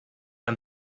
and